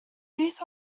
beth